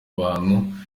abantu